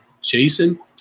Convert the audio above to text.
Jason